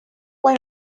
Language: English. why